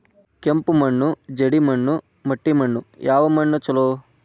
ಕೆಂಪು ಮಣ್ಣು, ಜೇಡಿ ಮಣ್ಣು, ಮಟ್ಟಿ ಮಣ್ಣ ಯಾವ ಮಣ್ಣ ಛಲೋ?